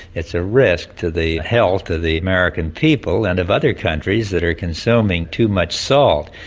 it's a risk to the health of the american people and of other countries that are consuming too much salt.